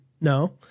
No